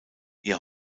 ihr